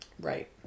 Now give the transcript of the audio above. Right